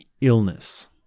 illness